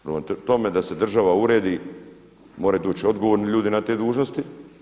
Prema tome, da se država uredi moraju doći odgovorni ljudi na te dužnosti.